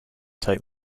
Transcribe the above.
take